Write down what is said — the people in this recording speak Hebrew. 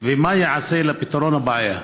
2. מה ייעשה לפתרון הבעיה?